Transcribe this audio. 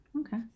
Okay